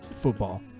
football